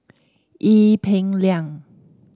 Ee Peng Liang